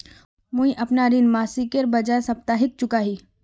मुईअपना ऋण मासिकेर बजाय साप्ताहिक चुका ही